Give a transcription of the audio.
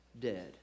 dead